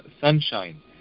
sunshine